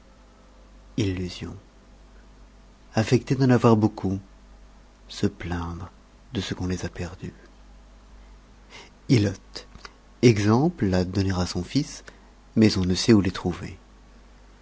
illusions affecter d'en avoir beaucoup se plaindre de ce qu'on les a perdues ilotes exemple à donner à son fils mais on ne sait où les trouver